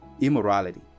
immorality